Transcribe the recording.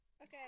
okay